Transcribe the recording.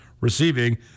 receiving